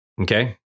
okay